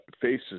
faces